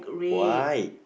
white